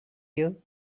you